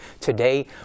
today